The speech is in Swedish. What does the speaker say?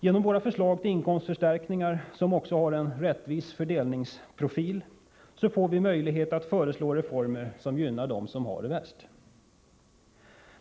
Genom våra förslag till inkomstförstärkningar, som också har en rättvis fördelningsprofil, får vi möjlighet att föreslå reformer som gynnar dem som har det svårast.